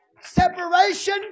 Separation